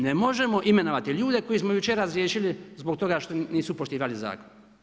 Ne možemo imenovati ljudi, koje smo jučer razriješili, zbog toga što nisu poštivali zakon.